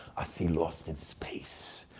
i see lost in space,